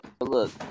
look